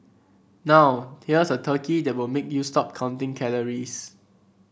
now here's a turkey that will make you stop counting calories